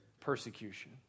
persecution